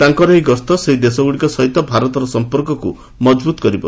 ତାଙ୍କର ଏହି ଗସ୍ତ ସେହି ଦେଶଗୁଡ଼ିକ ସହିତ ଭାରତର ସଂପର୍କକୁ ମଜଭୁତ କରିବ